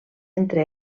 entre